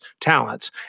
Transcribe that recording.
talents